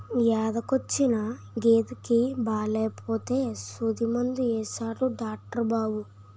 ఎదకొచ్చిన గేదెకి బాలేపోతే సూదిమందు యేసాడు డాట్రు బాబు